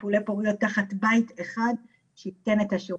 טיפולי פוריות והכל תחת בית אחד שיתן את השירות.